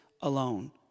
alone